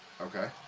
Okay